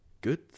good